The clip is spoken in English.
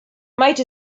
might